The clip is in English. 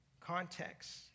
context